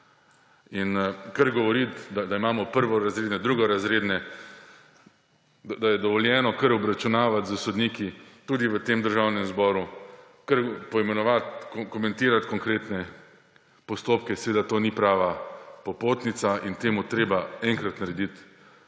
In kar govoriti, da imamo prvorazredne, drugorazredne, da je dovoljeno kar obračunavati s sodniki, tudi v Državnem zboru, kar poimenovati, komentirati konkretne postopke, seveda to ni prava popotnica in temu je treba enkrat naredit